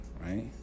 right